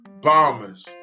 bombers